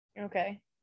Okay